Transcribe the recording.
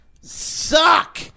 suck